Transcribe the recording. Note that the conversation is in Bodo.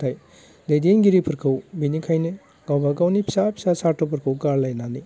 नाथाय दैदेनगिरिफोरखौ बिनिखायनो गावबागावनि फिसा फिसा सारथ'फोरखौ गारलायनानै